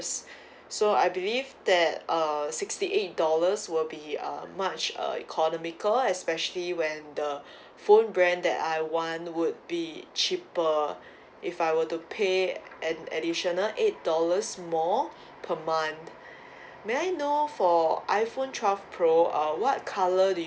so I believe that err sixty eight dollars will be uh much uh economical especially when the phone brand that I want would be cheaper if I were to pay an additional eight dollars more per month may I know for iphone twelve pro uh what colour do you